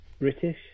British